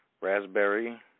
Raspberry